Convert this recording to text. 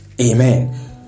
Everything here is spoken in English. Amen